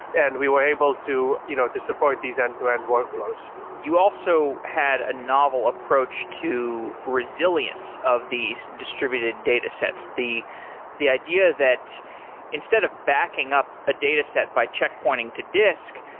and we were able to you know to support these end-to-end workflows you also had a novel approach to resilience of these distributed data sets, the the idea that instead of backing up a data set by checkpointing to disk,